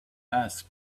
asked